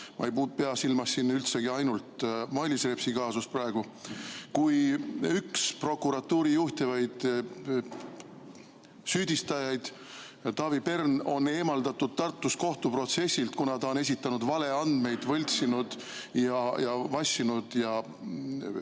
Ma ei pea silmas siin praegu üldsegi ainult Mailis Repsi kaasust. Üks prokuratuuri juhtivaid süüdistajaid Taavi Pern on eemaldatud Tartus kohtuprotsessilt, kuna ta on esitanud valeandmeid, võltsinud ja vassinud,